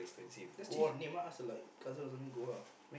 just change the name ah ask your like cousin or something go ah